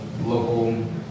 local